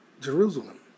Jerusalem